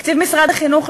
תקציב משרד החינוך,